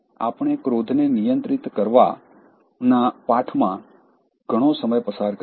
આપણે ક્રોધને નિયંત્રિત કરવાનાં પાઠમાં ઘણો સમય પસાર કર્યો છે